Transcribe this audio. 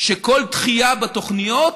שכל דחייה בתוכניות